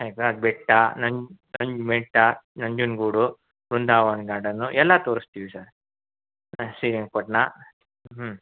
ಬೆಟ್ಟ ನನ್ ಬೆಟ್ಟ ನಂಜನಗೂಡು ಬೃಂದಾವನ್ ಗಾರ್ಡನು ಎಲ್ಲ ತೋರಿಸ್ತೀವಿ ಸರ್ ಹಾಂ ಶ್ರೀರಂಗಪಟ್ಣ ಹ್ಞೂ